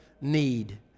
need